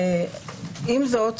עם זאת,